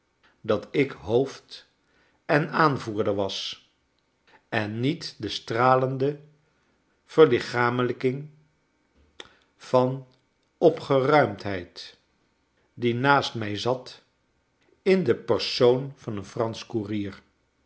dat ik hoofd en aanvoerder was en niet de stralende verlichamelijking van opgeruimdheid die naast mij zat in den persoon van een fransch koerier